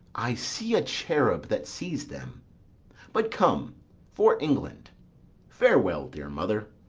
i see a cherub that sees them but, come for england farewell, dear mother.